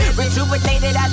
rejuvenated